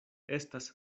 estas